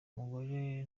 umugore